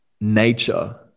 nature